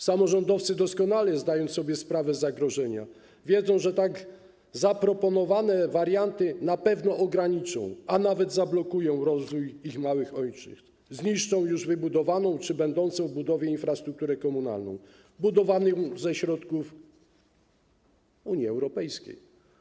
Samorządowcy, doskonale zdając sobie sprawę z zagrożenia, wiedzą, że tak zaproponowane warianty na pewno ograniczą, a nawet zablokują rozwój ich małych ojczyzn, zniszczą już wybudowaną czy będącą w budowie infrastrukturę komunalną budowaną ze środków Unii Europejskiej.